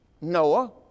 Noah